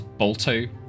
Bolto